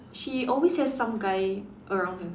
she always has some guy around her